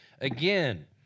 Again